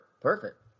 Perfect